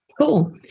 Cool